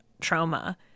trauma